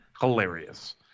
hilarious